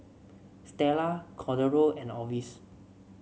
Stella Cordero and Orvis